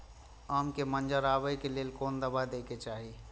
आम के मंजर आबे के लेल कोन दवा दे के चाही?